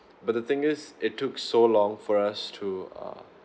but the thing is it took so long for us to uh